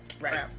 Right